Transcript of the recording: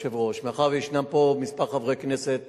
מאחר שיש פה כמה חברי כנסת